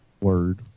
Word